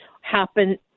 happen